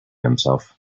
himself